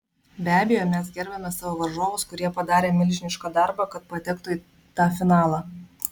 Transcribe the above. be abejo mes gerbiame savo varžovus kurie padarė milžinišką darbą kad patektų į fa finalą